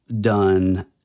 done